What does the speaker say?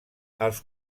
els